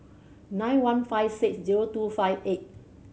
nine one five six zero two five eight